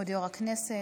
יו"ר הישיבה,